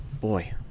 Boy